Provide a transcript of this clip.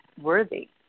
worthy